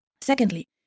Secondly